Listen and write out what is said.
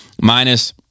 minus